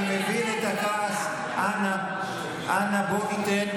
23,000 תיקים לצעירים יוצאי אתיופיה.